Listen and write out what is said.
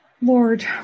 Lord